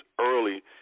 early